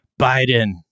Biden